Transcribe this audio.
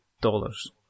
dollars